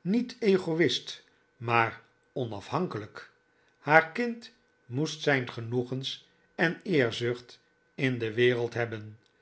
niet egoist maar onaf hankelijk haar kind moest zijn genoegens en eerzucht in de wereld hebben